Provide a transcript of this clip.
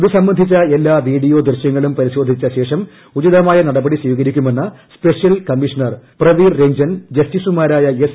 ഇത് സംബന്ധിച്ച എല്ലാ വീഡിയോ ദൃശ്യങ്ങളും പരിശോധിച്ചു ശേഷം ഉചിതമായ നടപടി സ്വീകരിക്കുമെന്ന് സ്പെഷ്യൽ കമ്മീഷണർ പ്രവീർ രഞ്ജൻ ജസ്റ്റിസുമാരായ എസ്